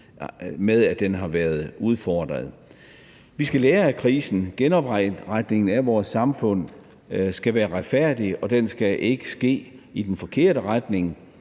med at den har været udfordret. Vi skal lære af krisen. Genopretningen af vores samfund skal være retfærdig, og den skal ikke ske i den forkerte retning.